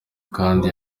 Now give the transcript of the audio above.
kandi